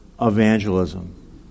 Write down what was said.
evangelism